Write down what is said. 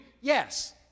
Yes